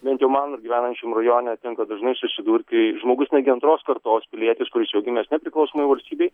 bent jau man gyvenančiam rajone tenka dažnai susidurti žmogus netgi antros kartos pilietis kuris jau gimęs nepriklausomoj valstybėj